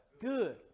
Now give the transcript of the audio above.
Good